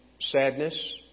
Sadness